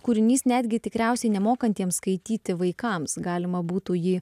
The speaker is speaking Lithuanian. kūrinys netgi tikriausiai nemokantiems skaityti vaikams galima būtų jį